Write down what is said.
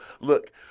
Look